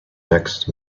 next